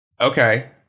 Okay